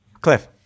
Cliff